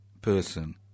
person